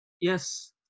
yes